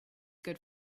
good